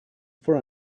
for